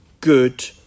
good